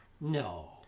No